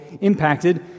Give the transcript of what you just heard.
impacted